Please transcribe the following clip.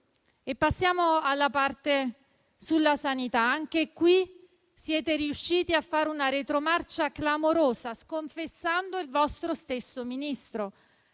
Passiamo alla parte sulla sanità. Anche qui siete riusciti a fare una retromarcia clamorosa, sconfessando il vostro stesso Ministro.